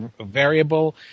variable